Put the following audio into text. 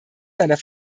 seiner